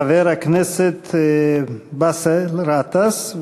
חבר הכנסת באסל גטאס,